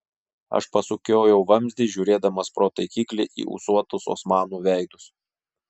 aš pasukiojau vamzdį žiūrėdamas pro taikiklį į ūsuotus osmanų veidus